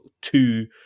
two